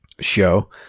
show